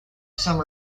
some